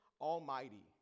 Almighty